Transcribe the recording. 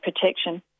protection